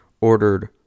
ordered